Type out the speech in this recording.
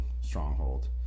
stronghold